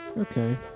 Okay